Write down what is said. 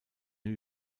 new